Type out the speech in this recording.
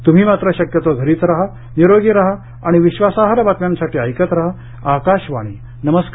तुम्ही मात्र शक्यतो घरीच राहा निरोगी राहा आणि विश्वासार्ह बातम्यांसाठी ऐकत राहा आकाशवाणी नमस्कार